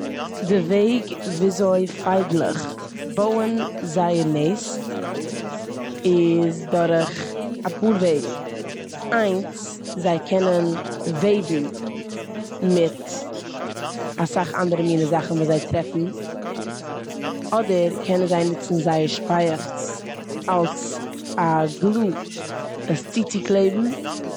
די וועג וויאזוי פייגלעך בויען זייער נעסט איז דורך אפאר וועגן. איינס, זיי קענען וועבן מיט אסאך אנדערע מינע זאכן וואס זיי טרעפן אדער קענען זיי נוצן זייער שפייעכץ אלס א גלו עס צוצוקלעבן.